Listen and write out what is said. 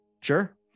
Sure